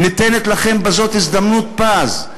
ניתנת לכם בזאת הזדמנות פז.